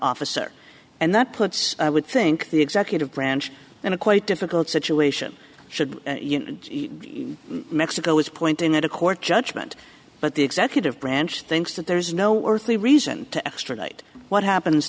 officer and that puts i would think the executive branch in a quite difficult situation should and mexico is pointing at a court judgment but the executive branch thinks that there is no earthly reason to extradite what happens